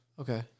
okay